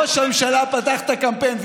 ראש הממשלה פתח את הקמפיין.